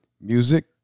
music